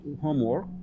homework